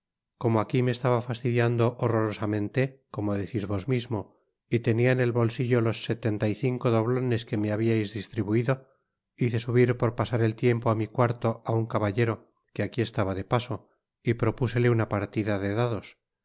lomo aqui me esiaba iastidiaudo hor roi osa meo te como decis vos mismo y tenia en et bolsillo los seteota y cinco doblones que me habiais distribuido hice subir por pasar el tiempo á mi cuarto á un cabaltero que aqui estaba de paso y propásele una partida de dados el